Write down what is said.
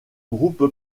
groupe